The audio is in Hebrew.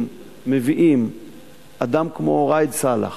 אם מביאים אדם כמו ראאד סלאח,